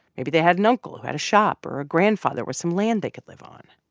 maybe they had an uncle who had a shop or a grandfather with some land they could live on.